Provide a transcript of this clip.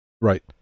Right